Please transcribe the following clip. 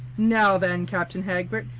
now, then, captain hagberd!